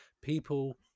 people